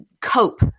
cope